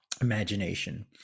imagination